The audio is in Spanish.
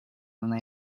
una